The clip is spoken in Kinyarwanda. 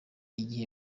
igihe